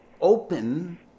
open